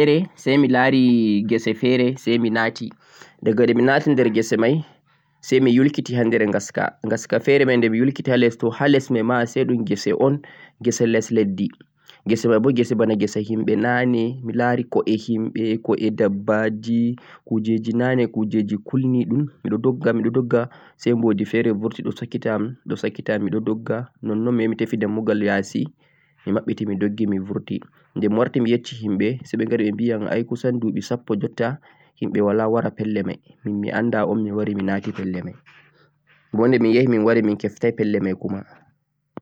miḍo dilla ha wuro feere say mi laari ngese feere say mi naati da de mi naati der ngese may say mi yulkiti haa nder ngaska. ngaska feere may de yulkiti ha les to ha les may ma ase ngese feere un, ngese les leddi, ngese may boo bana ngese himɓe naane mi laari ko'e himɓe, ko'e dabbaaji, kuujeeeji naane kuujeeeji kulniɗum mi ɗo dogga mi ɗo dogga say mbo'di feere burti ɗo sakita am, ɗo sakita am mi ɗo dogga nonnon mi yahi mi tefi ndambugal ya'si mi maɓɓiti mi doggi mi maɓɓiti mi burti, de mi warti mi yecci himɓe say ɓe gari ɓe biyam ay 'kusa'n du'ɓi sappo jotta himɓe walaa wara pelle may min mi annda un mi wari mi naati pelle may, bo de min min wari min keftay pelle may kuma.